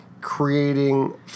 creating